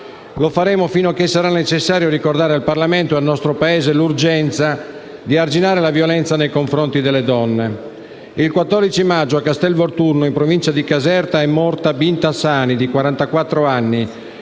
Lo faremo fino a che sarà necessario ricordare al Parlamento e al nostro Paese l'urgenza di arginare la violenza nei confronti delle donne. Il 14 maggio, a Castel Volturno, in provincia di Caserta, è morta Binta Sani, di